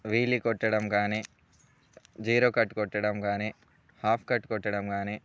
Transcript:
వీలి కొట్టడం కానీ zero cut కొట్టడం కానీ హాఫ్ కట్ కొట్టడం కానీ